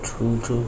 true true